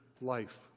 life